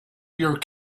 your